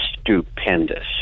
stupendous